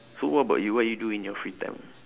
so what about you what you do in your free time